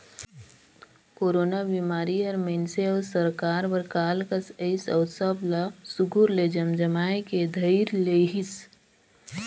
corona बिमारी हर मइनसे अउ सरकार बर काल कस अइस अउ सब ला सुग्घर ले जमजमाए के धइर लेहिस